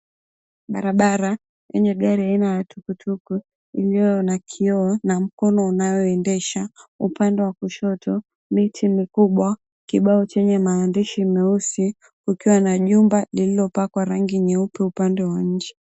Barabara yenye gari aina ya tukutuku, iliyo na kioo na mkono unayoendesha. Upande wa kushoto miti mikubwa, kibao chenye maandishi meusi, kukiwa na jumba lililopakwa rangi nyeupe upande wa nje.